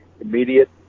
immediate